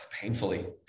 Painfully